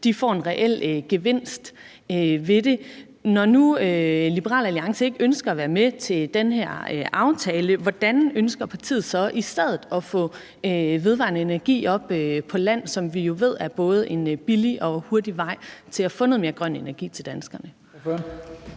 får en reel gevinst ved det. Når nu Liberal Alliance ikke ønsker at være med i den her aftale, hvordan ønsker partiet så i stedet at få vedvarende energi-anlæg på land, som vi jo ved er en både billig og hurtig vej til at få noget mere grøn energi til danskerne?